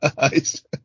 eyes